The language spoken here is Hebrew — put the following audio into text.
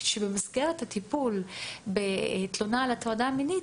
שבמסגרת הטיפול בתלונה על הטרדה מינית,